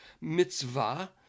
mitzvah